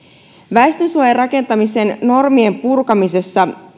väestönsuojarakentamisen normien purkamiseen